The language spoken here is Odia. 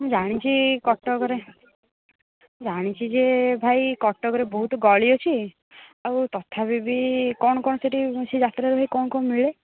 ମୁଁ ଜାଣିଛି କଟକରେ ଜାଣିଛି ଯେ ଭାଇ କଟକରେ ବହୁତ ଗଳି ଅଛି ଆଉ ତଥାପି ବି କ'ଣ କ'ଣ ସେଇଠି ସେ ଯାତ୍ରା ହୁଏ କ'ଣ କ'ଣ ମିଳେ